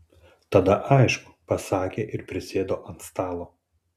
tada aišku pasakė ir prisėdo ant stalo